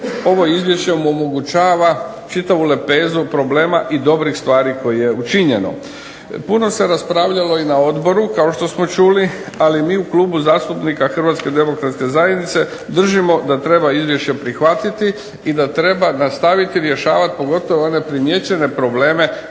ovo izvješće mu omogućava čitavu lepezu problema i dobrih stvari koje je učinjeno. Puno se raspravljalo i na odboru kao što smo čuli. Ali mi u Klubu zastupnika Hrvatske demokratske zajednice držimo da treba izvješće prihvatiti i da treba nastaviti rješavati pogotovo one primijećene probleme